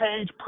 page